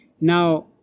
Now